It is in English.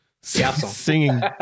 Singing